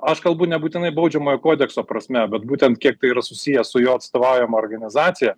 aš kalbu nebūtinai baudžiamojo kodekso prasme bet būtent kiek tai yra susiję su jo atstovaujama organizacija